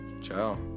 ciao